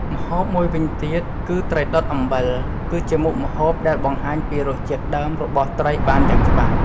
ម្ហូបមួយវិញទៀត គឺត្រីដុតអំបិល គឺជាមុខម្ហូបដែលបង្ហាញពីរសជាតិដើមរបស់ត្រីបានយ៉ាងច្បាស់។